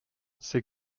c’est